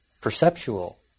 perceptual